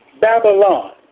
Babylon